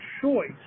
choice